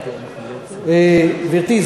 גברתי,